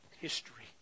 history